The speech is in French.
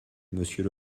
monsieur